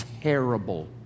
terrible